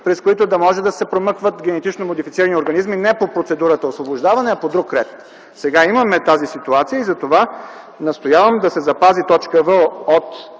през които да може да се промъкват генетично модифицирани организми. Не, по процедурата освобождаване, а по друг ред. Сега имаме тази ситуация и затова настоявам да се запази точка „в” от